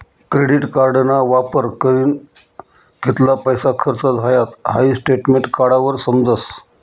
credit कार्डना वापर करीन कित्ला पैसा खर्च झायात हाई स्टेटमेंट काढावर समजस